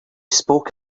spoke